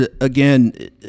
again